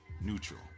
neutral